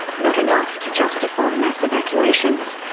not enough to justify mass evacuations.